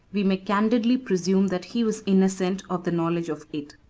we may candidly presume that he was innocent of the knowledge of it.